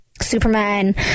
Superman